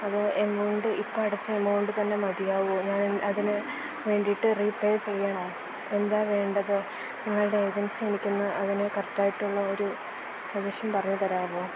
അതോ എമൗണ്ട് ഇപ്പം അടച്ച എമൗണ്ട് തന്നെ മതിയാവുമോ ഞാൻ അതിന് വേണ്ടിയിട്ട് റീപേ ചെയ്യണോ എന്താ വേണ്ടത് നിങ്ങളുടെ ഏജൻസി എനിക്കൊന്ന് അതിന് കറക്റ്റ് ആയിട്ടുള്ള ഒരു സജഷൻ പറഞ്ഞ് തരാമോ